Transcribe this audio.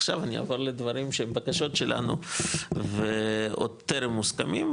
עכשיו אני אעבור לדברים שהם בקשות שלנו והם ייקחו